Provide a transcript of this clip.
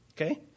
okay